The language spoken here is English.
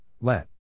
let